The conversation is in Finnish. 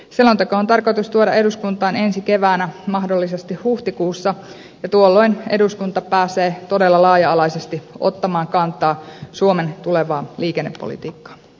selonteko on tarkoitus tuoda eduskuntaan ensi keväänä mahdollisesti huhtikuussa ja tuolloin eduskunta pääsee todella laaja alaisesti ottamaan kantaa suomen tulevaan liikennepolitiikkaan